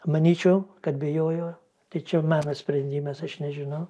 manyčiau kad bijojo tai čia mano sprendimas aš nežinau